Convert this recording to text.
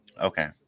okay